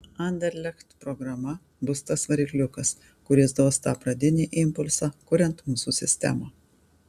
anderlecht programa bus tas varikliukas kuris duos tą pradinį impulsą kuriant mūsų sistemą